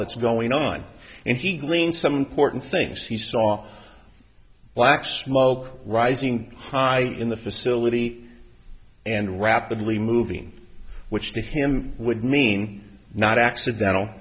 that's going on and he cleaned some court and things he saw black smoke rising high in the facility and rapidly moving which to him would mean not accidental